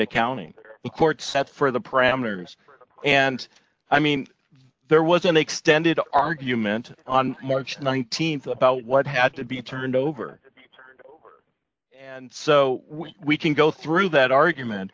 a county court set for the parameters and i mean there was an extended argument on march th about what had to be turned over and so we can go through that argument